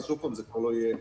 זה כבר לא יהיה